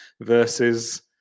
versus